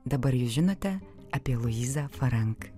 dabar jūs žinote apie luizą farank